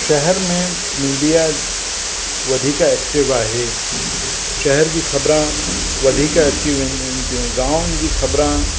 शहर में मीडिया वधीक एक्टिव आहे शहर जी ख़बरां वधीक अची वञनि वञनि थियूं गांव जी ख़बरां